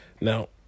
now